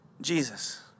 Jesus